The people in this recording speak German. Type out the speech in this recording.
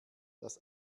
dass